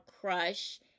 Crush